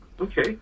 Okay